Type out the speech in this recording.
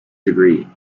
degree